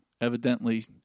evidently